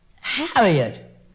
Harriet